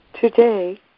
Today